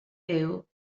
byw